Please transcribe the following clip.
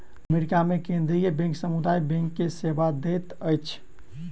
America मे केंद्रीय bank समुदाय बैंक के सेवा दैत अछि